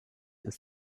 ist